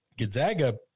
Gonzaga